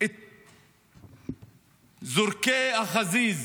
את זורקי החזיז